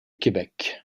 québec